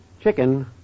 Chicken